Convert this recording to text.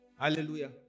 Hallelujah